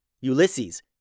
Ulysses